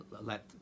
let